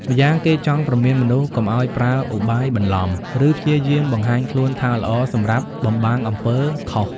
ម្យ៉ាងគេចង់ព្រមានមនុស្សឲ្យកុំប្រើឧបាយបន្លំ ឬព្យាយាមបង្ហាញខ្លួនថាល្អសម្រាប់បំបាំងអំពើខុស។